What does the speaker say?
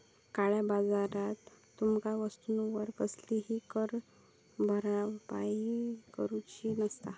काळया बाजारात तुमका वस्तूवर कसलीही कर भरपाई करूची नसता